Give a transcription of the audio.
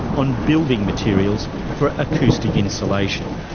on building materials for acoustic insulation,